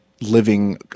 living